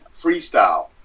freestyle